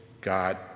God